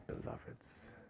beloved's